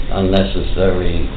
unnecessary